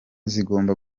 zigomba